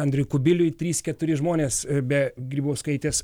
andriui kubiliui trys keturi žmonės be grybauskaitės